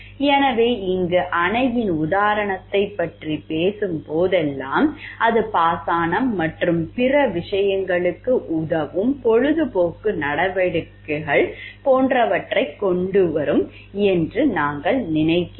எனவே இங்கு அணையின் உதாரணத்தைப் பற்றி பேசும் போதெல்லாம் அது பாசனம் மற்றும் பிற விஷயங்களுக்கு உதவும் பொழுதுபோக்கு நடவடிக்கைகள் போன்றவற்றைக் கொண்டுவரும் என்று நாங்கள் நினைக்கிறோம்